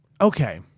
okay